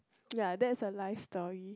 ya that is a life story